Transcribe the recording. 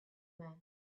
man